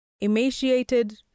Emaciated